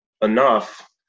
enough